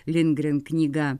lindgren knyga